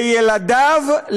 לילדיו,